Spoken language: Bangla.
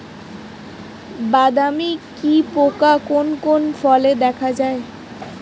বাদামি কি পোকা কোন কোন ফলে দেখা যায়?